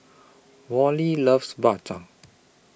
Wally loves Bak Chang